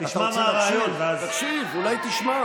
תשמע מה הרעיון, ואז, תקשיב, אולי תשמע.